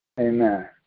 Amen